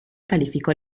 calificó